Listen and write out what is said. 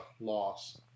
loss